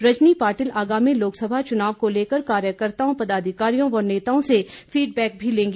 रजनी पाटिल आगामी लोकसभा चुनाव को लेकर कार्यकर्ताओं पदाधिकारियों व नेताओं से फीड बैक लेंगी